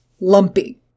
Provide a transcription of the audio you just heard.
Lumpy